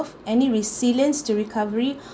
health any resilience to recovery